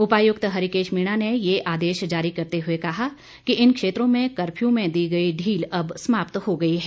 उपायुकत हरिकेश मीणा ने ये आदेश जारी करते हुए कहा कि इन क्षेत्रों में कर्फ्यू में दी गई ढील अब समाप्त हो गई है